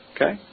Okay